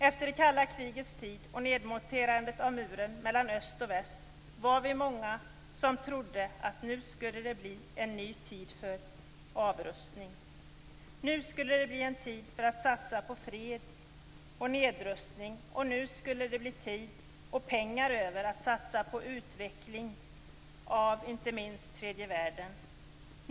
Efter det kalla krigets tid och nedmonterandet av muren mellan öst och väst var vi många som trodde att det skulle bli en ny tid för avrustning. Nu skulle det bli en tid då vi satsade på fred och nedrustning. Det skulle bli pengar över, och det skulle bli en tid då vi satsade på utveckling av inte minst tredje världen.